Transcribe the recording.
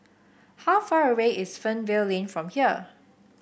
how far away is Fernvale Lane from here